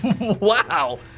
Wow